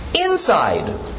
inside